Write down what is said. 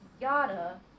yada